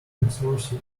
newsworthy